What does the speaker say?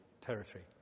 territory